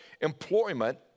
employment